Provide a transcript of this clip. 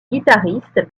guitaristes